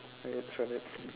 wait for it